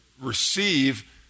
receive